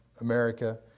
America